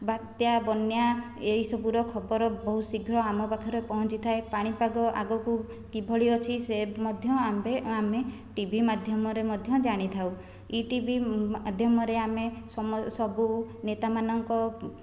ବାତ୍ୟା ବନ୍ୟା ଏହିସବୁର ଖବର ବହୁତ ଶୀଘ୍ର ଆମ ପାଖରେ ପହଁଞ୍ଚିଥାଏ ପାଣିପାଗ ଆଗକୁ କିଭଳି ଅଛି ସେ ମଧ୍ୟ ଆମ୍ଭେ ଆମେ ଟିଭି ମାଧ୍ୟମରେ ମଧ୍ୟ ଜାଣିଥାଉ ଇଟିଭି ମାଧ୍ୟମରେ ଆମେ ସମ ସବୁ ନେତାମାନ